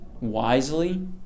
wisely